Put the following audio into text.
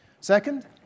Second